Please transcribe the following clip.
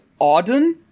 Auden